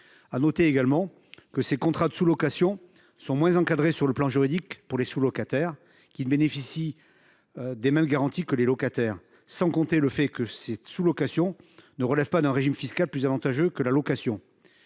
de noter également que ces contrats de sous location sont moins encadrés d’un point de vue juridique pour les sous locataires, qui ne bénéficient pas des mêmes garanties que les locataires. En outre, la sous location ne relève pas d’un régime fiscal plus avantageux que la location.